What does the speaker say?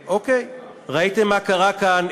ראיתם מה קרה כאן,